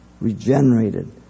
Regenerated